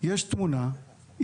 יש תמונה,